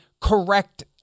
correct